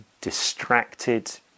distracted